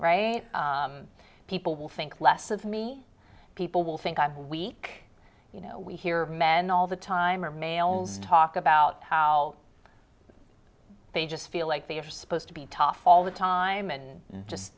right people will think less of me people will think i'm weak you know we hear men all the time or males talk about how they just feel like they are supposed to be tough all the time and